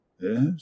Yes